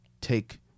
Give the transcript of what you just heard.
take